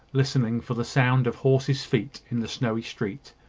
listening for the sound of horses' feet in the snowy street,